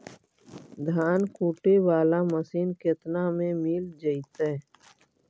धान कुटे बाला मशीन केतना में मिल जइतै?